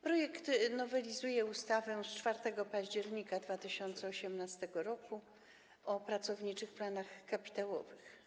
Projekt nowelizuje ustawę z 4 października 2018 r. o pracowniczych planach kapitałowych.